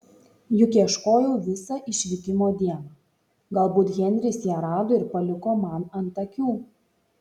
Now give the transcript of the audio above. juk ieškojau visą išvykimo dieną galbūt henris ją rado ir paliko man ant akių